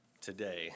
Today